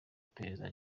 iperereza